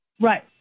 Right